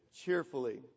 cheerfully